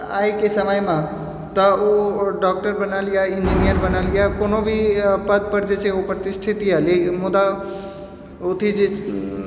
आइके समयमे तऽ ओ डॉक्टर बनल यऽ इन्जिनियर बनल यऽ कोनो भी पदपर जे छै ओ प्रतिष्ठित यऽ मुदा अथि जे